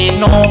no